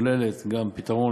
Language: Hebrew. כוללת גם פתרון